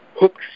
hooks